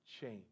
change